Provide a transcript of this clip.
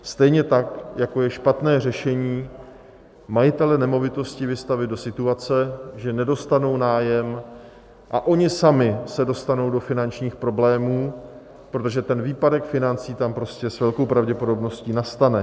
Stejně tak, jako je špatné řešení majitele nemovitostí vystavit do situace, že nedostanou nájem a oni sami se dostanou do finančních problémů, protože ten výpadek financí tam prostě s velkou pravděpodobností nastane.